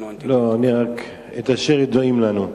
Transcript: אני רק את אשר ידועים לנו.